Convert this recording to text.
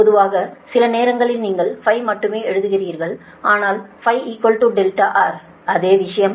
பொதுவாக சில நேரங்களில் நீங்கள் மட்டுமே எழுதுகிறீர்கள் ஆனால் R அதே விஷயம்